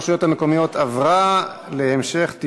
הרשויות המקומיות (בחירת ראש הרשות וסגניו וכהונתם) (תיקון מס' 32)